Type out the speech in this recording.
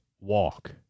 walk